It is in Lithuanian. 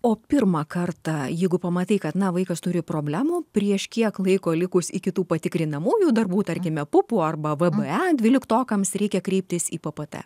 o pirmą kartą jeigu pamatei kad na vaikas turi problemų prieš kiek laiko likus iki tų patikrinamųjų darbų tarkime pupų arba v b e dvyliktokams reikia kreiptis į p p t